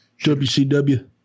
WCW